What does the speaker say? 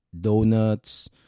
donuts